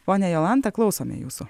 ponia jolanta klausome jūsų